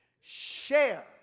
share